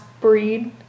breed